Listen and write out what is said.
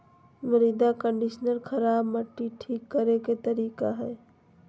मृदा कंडीशनर खराब मट्टी ठीक करे के तरीका हइ